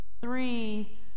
three